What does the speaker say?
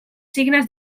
signes